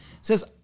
says